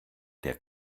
der